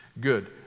Good